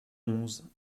onze